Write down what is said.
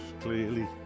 clearly